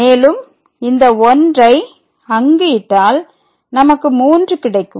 மேலும் இந்த 1ஐ அங்கு இட்டால் நமக்கு 3 கிடைக்கும்